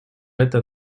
это